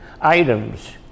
items